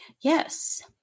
Yes